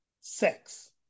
sex